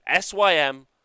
sym